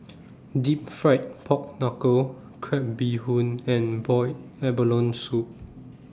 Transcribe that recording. Deep Fried Pork Knuckle Crab Bee Hoon and boiled abalone Soup